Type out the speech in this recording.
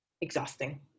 exhausting